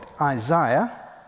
Isaiah